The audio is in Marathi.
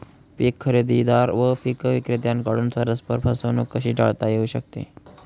पीक खरेदीदार व पीक विक्रेत्यांकडून परस्पर फसवणूक कशी टाळता येऊ शकते?